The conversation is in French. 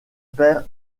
père